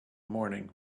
morning